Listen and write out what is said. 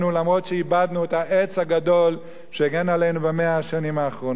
למרות שאיבדנו את העץ הגדול שהגן עלינו ב-100 השנים האחרונות.